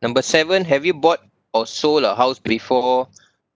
number seven have you bought or sold a house before